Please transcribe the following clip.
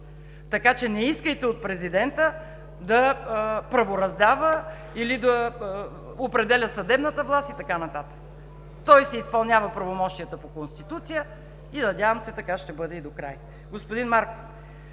така че не искайте от президента да правораздава, да определя съдебната власт и така нататък. Той изпълнява правомощията си по Конституция, надявам се, че така ще бъде и до края. Господин Марков,